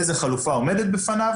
איזו חלופה עומדת בפניו